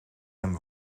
hem